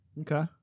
Okay